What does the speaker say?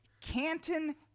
Canton